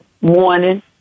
morning